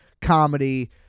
comedy